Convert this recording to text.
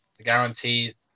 Guaranteed